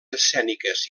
escèniques